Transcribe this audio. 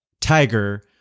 tiger